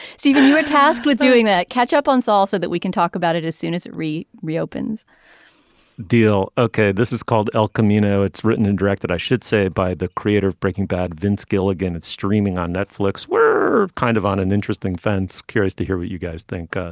steven you were tasked with doing that catch up on saul so that we can talk about it as soon as it re reopens deal. okay this is called el camino. it's written and directed i should say by the creator of breaking bad. vince gilligan it's streaming on netflix were kind of on an interesting fence. curious to hear what you guys think.